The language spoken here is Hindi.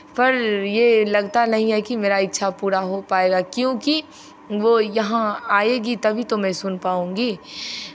पर ये लगता नहीं है कि मेरा इच्छा पूरा हो पाएगा क्योंकि वो यहाँ आएगी तभी तो मैं सुन पाउंगी